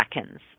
seconds